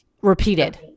repeated